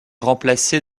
remplacée